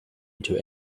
into